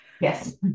Yes